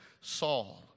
Saul